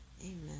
Amen